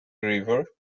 river